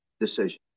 decision